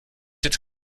jetzt